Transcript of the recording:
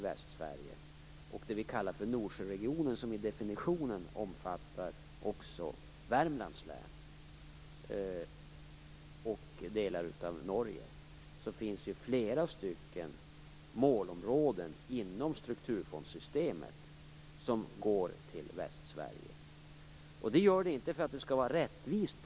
Västsverige och Nordsjöregionen, som enligt definitionen också omfattar Värmlands län och delar av Norge, får stöd inom ramen för flera målområden inom strukturfondssystemet. Det är inte därför att det skall vara rättvist.